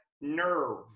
nerve